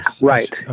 Right